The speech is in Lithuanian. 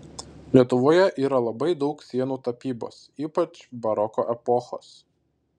lietuvoje yra labai daug sienų tapybos ypač baroko epochos